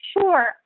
Sure